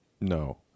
No